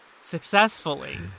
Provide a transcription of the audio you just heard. successfully